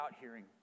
hearing